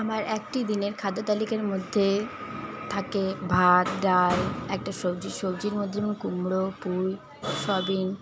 আমার একটি দিনের খাদ্যতালিকার মধ্যে থাকে ভাত ডাল একটা সবজি সবজির মধ্যে কুমড়ো পুঁই সয়াবিন